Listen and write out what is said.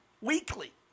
weekly